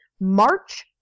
March